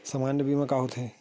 सामान्य बीमा का होथे?